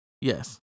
yes